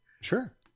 Sure